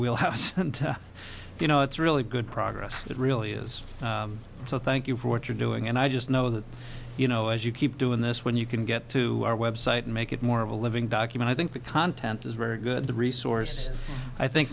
and you know it's really good progress it really is so thank you for what you're doing and i just know that you know as you keep doing this when you can get to our website and make it more of a living document i think the content is very good the resources i think